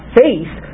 faith